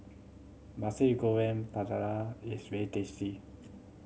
Nasi Goreng Pattaya is very tasty